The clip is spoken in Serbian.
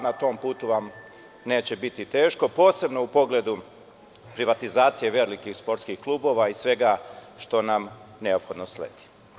Na tom putu vam neće biti teško, posebno u pogledu privatizacije velikih sportskih klubova i svega što nam neophodno sledi.